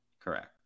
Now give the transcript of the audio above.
Correct